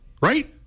right